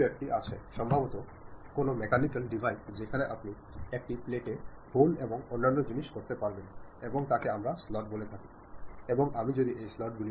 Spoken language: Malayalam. ഉദാഹരണത്തിന് നിങ്ങൾക്ക് ചിലപ്പോൾ സന്തോഷവും സങ്കടവും ഉണ്ടായേക്കാം ചിലപ്പോൾ ധൈര്യമായിരിക്കും ചിലപ്പോൾ ഭയം തോന്നിയേക്കാം അല്ലെങ്കിൽ നിരാശപ്പെട്ടെന്നിരിക്കും ശരിക്കും ഇവയെല്ലാം ഒരുതരം അനുഭവങ്ങളാണ്